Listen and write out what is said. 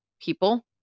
people